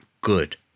good